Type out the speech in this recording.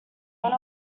went